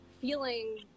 feeling